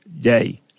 day